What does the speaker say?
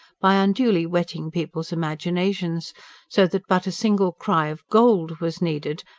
by unduly whetting people's imaginations so that but a single cry of gold! was needed,